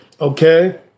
Okay